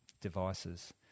devices